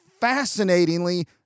fascinatingly